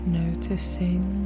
noticing